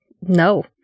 no